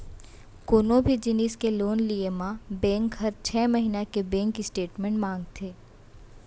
कोनों भी जिनिस के लोन लिये म बेंक हर छै महिना के बेंक स्टेटमेंट मांगथे